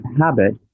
habit